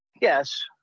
Yes